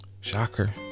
shocker